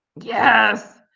Yes